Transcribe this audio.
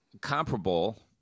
comparable